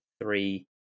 three